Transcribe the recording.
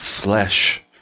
flesh